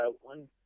one